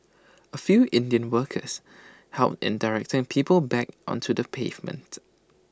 A few Indian workers helped in directing people back onto the pavement